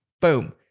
Boom